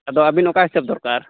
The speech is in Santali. ᱟᱫᱚ ᱟᱹᱵᱤᱱ ᱚᱠᱟ ᱦᱤᱥᱟᱹᱵ ᱫᱚᱨᱠᱟᱨ